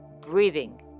breathing